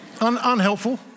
unhelpful